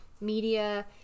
media